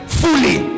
fully